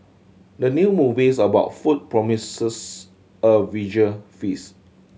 the new movies about food promises a visual feast